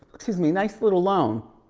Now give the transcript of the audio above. excuse me, nice little loan.